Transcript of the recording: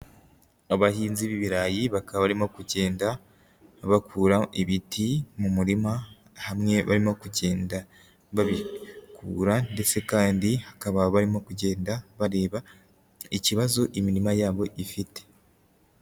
Abahinzi b'ibirayi, bakaba barimo kugenda, bakura ibiti mu murima, hamwe barimo kugenda babikura ndetse kandi hakaba barimo kugenda, bareba ikibazo imirima yabo ifite.